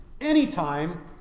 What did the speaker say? anytime